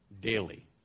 daily